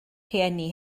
rhieni